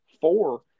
four